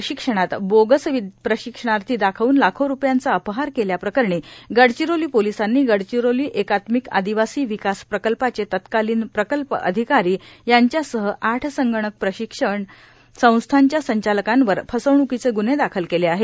प्रशिक्षणात बोगस प्रशिक्षणार्थी दाखवून लाखो रुपयांचा अपहार केल्या प्रकरणी गडचिरोली पोलिसांनी गडचिरोली एकात्मिक आदिवासी विकास प्रकल्पाचे तत्कालिन प्रकल्प अधिकारी हरिराम मडावी यांच्यासह आठ संगणक प्रशिक्षण संस्थांच्या संचालकांवर फसवण्कीचे ग्न्हे दाखल केले आहेत